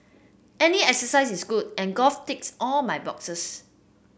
any exercise is good and golf ticks all my boxes